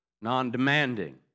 non-demanding